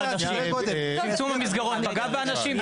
צמצום המסגרות פגע באנשים?